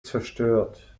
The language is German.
zerstört